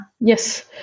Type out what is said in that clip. Yes